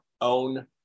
own